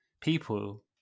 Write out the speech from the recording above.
people